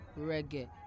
Reggae